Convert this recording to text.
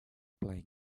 playing